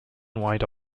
wide